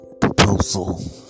proposal